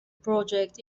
project